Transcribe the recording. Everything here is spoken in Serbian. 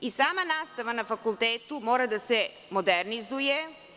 Sama nastava na fakultetu mora da se modernizuje.